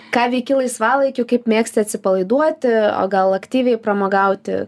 ką veiki laisvalaikiu kaip mėgsti atsipalaiduoti o gal aktyviai pramogauti